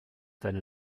deine